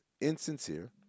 insincere